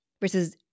Versus